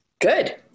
Good